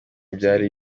byari